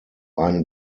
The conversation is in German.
einen